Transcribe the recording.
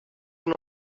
are